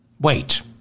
Wait